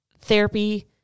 therapy